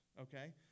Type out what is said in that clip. Okay